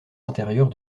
intérieurs